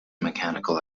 mechanical